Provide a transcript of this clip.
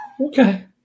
Okay